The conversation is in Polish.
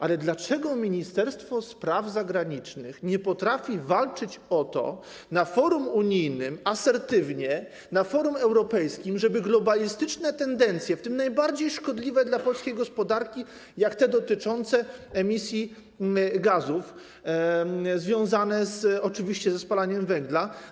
Ale dlaczego Ministerstwo Spraw Zagranicznych nie potrafi asertywnie walczyć na forum unijnym, na forum europejskim o to, żeby globalistyczne tendencje, w tym najbardziej szkodliwe dla polskiej gospodarki, takie jak te dotyczące emisji gazów, związane oczywiście ze spalaniem węgla.